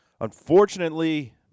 Unfortunately